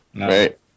right